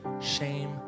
shame